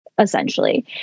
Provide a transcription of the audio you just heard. essentially